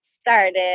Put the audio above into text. started